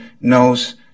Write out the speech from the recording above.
knows